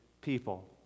people